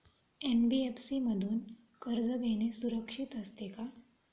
NBFC मधून कर्ज घेणे सुरक्षित असते का?